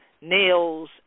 nails